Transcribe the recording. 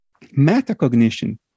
Metacognition